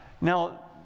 Now